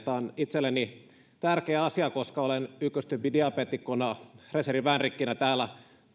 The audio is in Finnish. tämä on itselleni tärkeä asia koska olen ykköstyypin diabeetikkona reservin vänrikkinä täällä